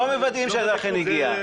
לא מוודאים שזה אכן הגיע.